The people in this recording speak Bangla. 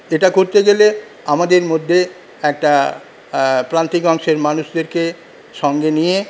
এটা করতে গেলে আমাদের মধ্যে একটা প্রান্তিক অংশের মানুষদেরকে সঙ্গে নিয়ে